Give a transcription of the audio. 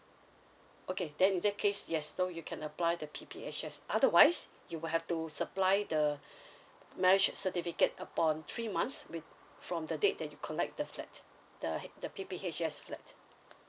okay then in that case yes so you can apply the P P H S otherwise you will have to supply the marriage certificate upon three months wit~ from the date that you collect the flat the P P H S flat